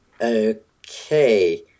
okay